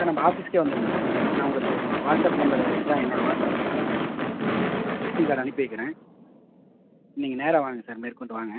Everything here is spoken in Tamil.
சார் நம்ம ஆஃபீஸ்க்கே வந்துருங்கள் சார் நான் உங்களுக்கு வாட்ஸப் நம்பரு இதுதான் என்னோட வாட்ஸப் நம்பருங்க விஸ்ட்டிங் கார்டு அனுப்பி வைக்கிறேன் நீங்கள் நேராக வாங்க சார் மேற்கொண்டு வாங்க